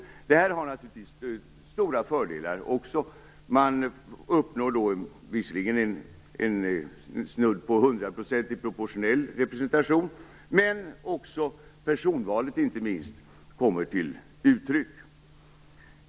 Detta har naturligtvis också stora fördelar. Man uppnår visserligen snudd på hundraprocentig proportionell representation, men inte minst kommer ett personval till uttryck.